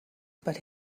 but